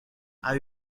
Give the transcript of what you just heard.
are